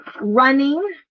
running